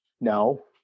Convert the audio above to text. No